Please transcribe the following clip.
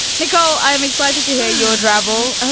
nicole, i'm excited to hear your travel.